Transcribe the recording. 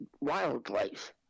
wildlife